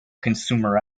consumer